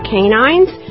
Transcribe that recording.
Canines